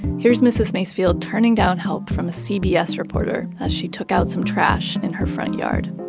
here's mrs. macefield turning down help from a cbs reporter as she took out some trash in her front yard.